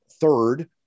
Third